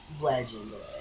legendary